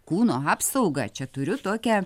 kūno apsaugą čia turiu tokią